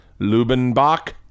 Lubinbach